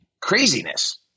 Craziness